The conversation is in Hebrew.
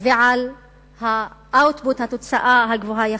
ועל התוצאה הגבוהה יחסית.